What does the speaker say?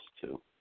two